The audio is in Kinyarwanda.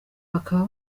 bakaba